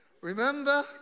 Remember